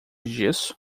disso